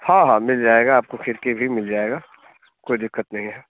हाँ हाँ मिल जाएगा आपको फ़िफ़्टी भी मिल जाएगा कोई दिक़्क़त नहीं है